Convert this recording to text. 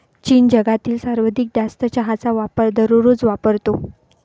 चीन जगातील सर्वाधिक जास्त चहाचा वापर दररोज वापरतो